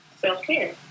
self-care